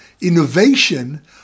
innovation